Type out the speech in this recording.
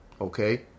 okay